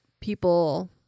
people